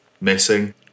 missing